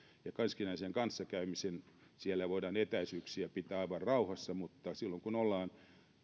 ja keskinäiseen kanssakäymiseen siellä voidaan etäisyyksiä pitää aivan rauhassa mutta silloin kun ollaan